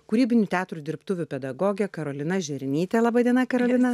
kūrybinių teatro dirbtuvių pedagogė karolina žeri nytė laba diena karolina sveiki